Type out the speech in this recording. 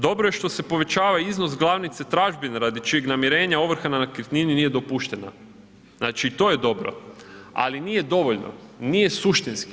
Dobro je što se povećava iznos glavnice tražbine radi čijeg namirenja ovrha na nekretnini nije dopuštena, znači i to je dobro ali nije dovoljni, nije suštinski.